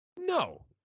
No